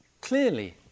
clearly